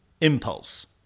impulse